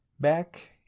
back